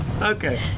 Okay